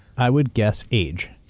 i would guess age.